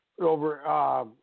Over